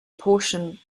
portion